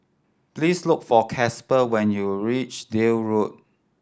please look for Casper when you reach Deal Road